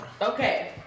okay